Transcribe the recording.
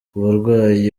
uburwayi